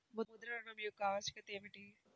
ముద్ర ఋణం యొక్క ఆవశ్యకత ఏమిటీ?